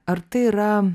ar tai yra